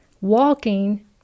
walking